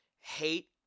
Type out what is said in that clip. hate